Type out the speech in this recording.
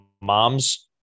moms